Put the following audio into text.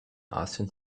asien